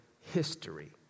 history